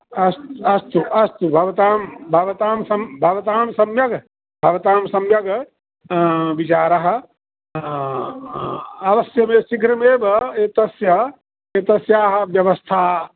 अस्तु अस्तु अस्तु भवतां भवतां सम् भवतां सम्यक् भवतां सम्यक् विचारः अवश्यं शीघ्रमेव एतस्य एतस्याः व्यवस्था